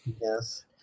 Yes